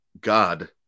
God